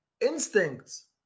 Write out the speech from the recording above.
instincts